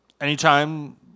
Anytime